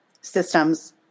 systems